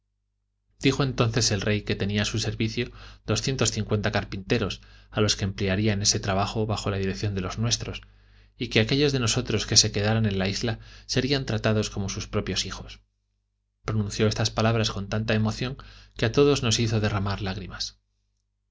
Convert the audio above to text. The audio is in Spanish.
dijo entonces el rey que tenía a su servicio doscientos cincuenta carpinteros a los que emplearía en este trabajo bajo la dirección de los nuestros y que aquellos de nosotros que se quedaran en la isla serían tratados como sus propios hijos pronunció estas palabras con tanta emoción que a todos nos hizo derramar lágrimas